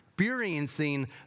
experiencing